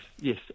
Yes